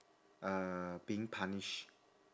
uh being punished